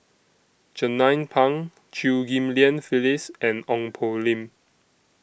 Jernnine Pang Chew Ghim Lian Phyllis and Ong Poh Lim